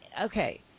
okay